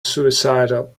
suicidal